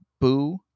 boo